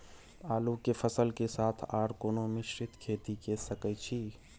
आलू के फसल के साथ आर कोनो मिश्रित खेती के सकैछि?